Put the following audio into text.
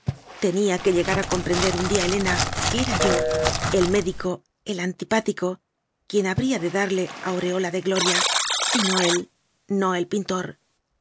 mía que llegar a comprender un día helena que era yo el médico el antipático quien habría de darle aureola de gloria y no él no el pintor